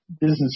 business